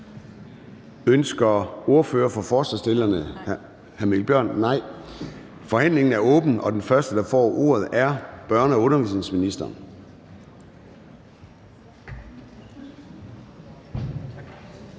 Ønsker ordføreren for forslagsstillerne, hr. Mikkel Bjørn, ordet? Nej. Forhandlingen er åbnet, og den første, der får ordet, er børne- og undervisningsministeren.